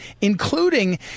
including